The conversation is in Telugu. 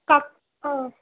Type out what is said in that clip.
కా